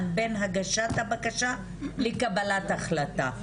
בין הגשת הבקשה לקבלת החלטה?